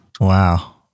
Wow